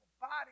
body